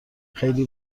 خیلی